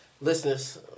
listeners